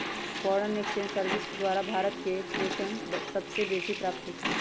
foreign exchange service द्वारा भारत में प्रेषण सबसे बेसी प्राप्त होई छै